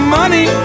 money